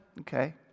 Okay